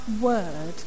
word